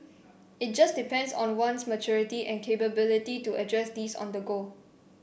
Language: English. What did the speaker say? it just depends on one's maturity and capability to address these on the go